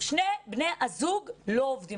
שני בני הזוג לא עובדים.